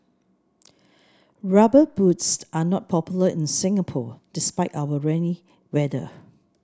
rubber boots are not popular in Singapore despite our rainy weather